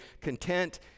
content